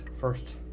first